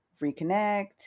reconnect